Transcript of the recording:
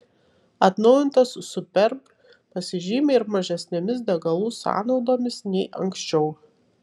atnaujintas superb pasižymi ir mažesnėmis degalų sąnaudomis nei anksčiau